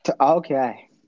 Okay